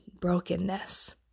brokenness